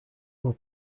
will